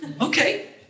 Okay